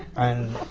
and